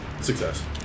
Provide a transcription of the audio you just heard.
Success